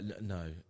No